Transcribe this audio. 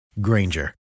Granger